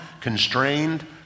constrained